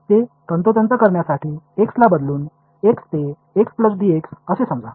இன்னும் வேறு வார்த்தைகளில் சரியாக கூறவேண்டுமானால் x ஐ x இலிருந்து x dx ஆக மாற்றலாம்